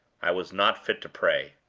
i was not fit to pray.